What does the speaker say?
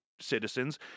citizens